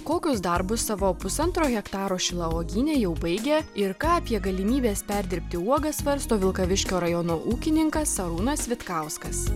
kokius darbus savo pusantro hektaro šilauogyne jau baigė ir ką apie galimybes perdirbti uogas svarsto vilkaviškio rajono ūkininkas arūnas vitkauskas